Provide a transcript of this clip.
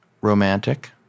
romantic